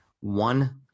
one